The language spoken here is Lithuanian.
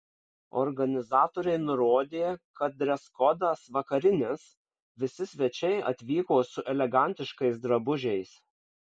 organizatoriai nurodė kad dreskodas vakarinis visi svečiai atvyko su elegantiškais drabužiais